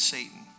Satan